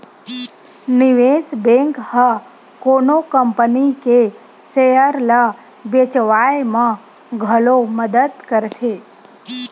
निवेस बेंक ह कोनो कंपनी के सेयर ल बेचवाय म घलो मदद करथे